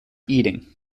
eating